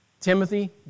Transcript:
Timothy